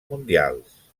mundials